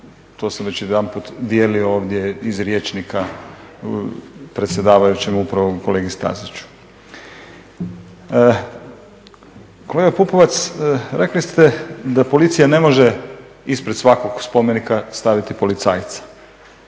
to sam već jedanput i dijelio ovdje iz rječnika predsjedavajućem upravo kolegi Staziću. Kolega Pupovac, rekli ste da policija ne može ispred svakog spomenika staviti policajca